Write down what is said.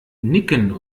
nicken